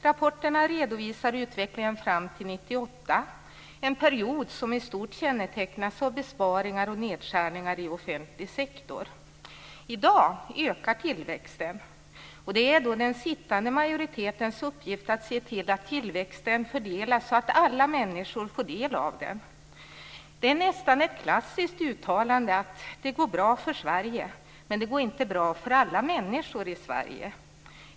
Rapporterna redovisar utvecklingen fram till 1998, en period som i stort kännetecknas av besparingar och nedskärningar i offentlig sektor. I dag ökar tillväxten. Det är då den sittande majoritetens uppgift att se till att tillväxten fördelas så att alla människor får del av den. Det är ett nästan klassiskt uttalande att det går bra för Sverige, men det går inte bra för alla människor i Sverige.